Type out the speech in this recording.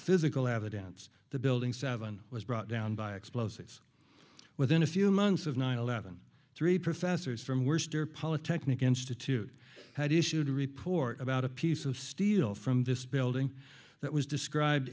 physical evidence that building seven was brought down by explosives within a few months of nine eleven three professors from worster polytechnic institute had issued a report about a piece of steel from this building that was described